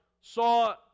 saw